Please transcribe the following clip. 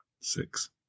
Six